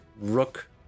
rook